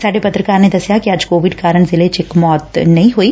ਸਾਡੇ ਪੱਤਰਕਾਰ ਨੇ ਦਸਿਆ ਕਿ ਅੱਜ ਕੋਵਿਡ ਕਾਰਨ ਜ਼ਿਲੇ ਵਿਚ ਕੋਈ ਮੌਤ ਨਹੀ ਹੋਈ